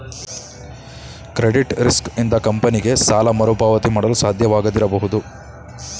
credit risk ಇಂದ ಕಂಪನಿಗೆ ಸಾಲ ಮರುಪಾವತಿ ಮಾಡಲು ಸಾಧ್ಯವಾಗದಿರಬಹುದು